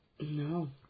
No